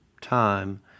time